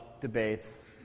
debates